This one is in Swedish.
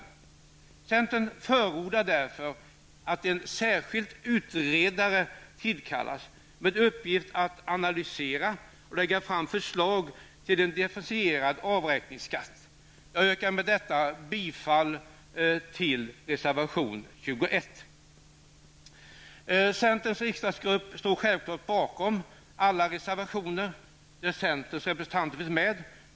Vi i centern förordar därför att en särskild utredare tillkallas som får i uppdrag att göra analyser och att lägga fram förslag till en differentierad avräkningsskatt. Jag yrkar bifall till reservation 21. Centerns riksdagsgrupp står självfallet bakom alla reservationer som centern varit med om att underteckna.